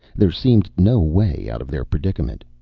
there seemed no way out of their predicament,